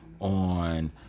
on